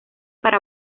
para